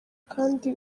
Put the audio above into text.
kandi